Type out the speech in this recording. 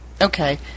Okay